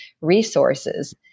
resources